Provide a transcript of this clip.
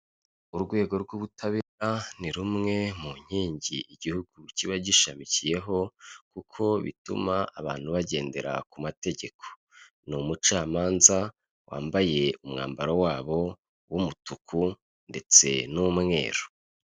Urwego rw'ubutabera ni rumwe mu nkingi igihugu kiba gishamikiyeho, kuko bituma abantu bagendera ku mategeko. Ni umucamanza wambaye umwambaro wabo w'umutuku ndetse n'umweru.